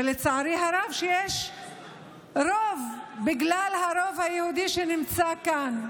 ולצערי הרב, יש רוב בגלל הרוב היהודי שנמצא כאן.